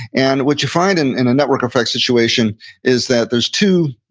and what you find in in a network effect situation is that there's two,